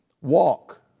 walk